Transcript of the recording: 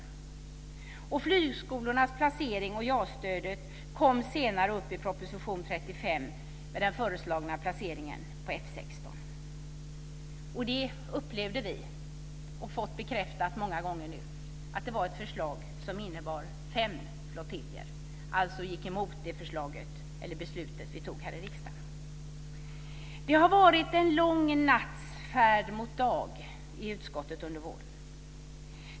Frågan om flygskolornas placering och JAS-stödet kom senare upp i proposition 35 - med den föreslagna placeringen på F 16. Det upplevde vi som ett förslag som innebar fem flottiljer. Det har vi också fått bekräftat många gånger. Förslaget gick alltså emot det beslut vi fattade i riksdagen. Det har varit en lång natts färd mot dag i utskottet under våren.